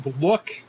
look